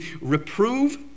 reprove